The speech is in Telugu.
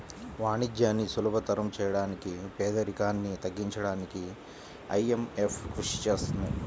వాణిజ్యాన్ని సులభతరం చేయడానికి పేదరికాన్ని తగ్గించడానికీ ఐఎంఎఫ్ కృషి చేస్తుంది